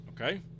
Okay